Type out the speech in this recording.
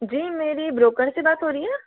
जी मेरी ब्रोकर से बात हो रही है